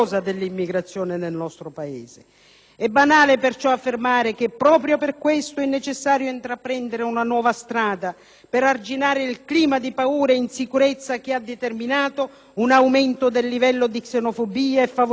È banale affermare che proprio per questo è necessario intraprendere una nuova strada per arginare il clima di paura ed insicurezza che ha determinato un aumento del livello di xenofobia e favorito la rappresentazione negativa